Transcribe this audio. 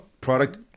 product